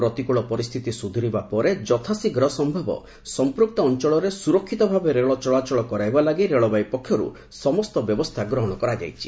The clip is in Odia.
ପ୍ରତିକୂଳ ପରିସ୍ଥିତି ସୁଧୁରିବା ପରେ ଯଥାଶୀଘ୍ର ସମ୍ଭବ ସମ୍ପୂକ୍ତ ଅଞ୍ଚଳରେ ସୁରକ୍ଷିତ ଭାବେ ରେଳ ଚଳାଚଳ କରାଇବା ଲାଗି ରେଳବାଇ ପକ୍ଷରୁ ସମସ୍ତ ବ୍ୟବସ୍ଥା ଗ୍ରହଣ କରାଯାଇଛି